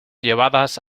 llevadas